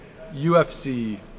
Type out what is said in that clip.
UFC